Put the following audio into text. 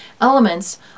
elements